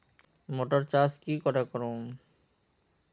Motor चास की करे करूम?